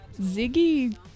Ziggy